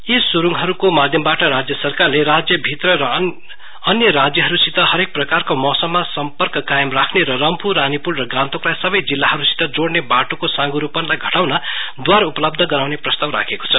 यी सुरुङहरुतो माध्यमबाट राज्य सरकारले राज्यभित्र र अन्य राज्यहरुसित हरेक प्रकारको मोसममा सम्पर्क कायम राख्ने र रम्फुरानीपुल र गान्तोकलाई सबै जिल्लाहरुसित जोड़ने बाटोको साँघुरोपनलाई घटाउन द्वार उपल्बध गराउने प्रस्ताव राखेको छ